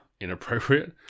inappropriate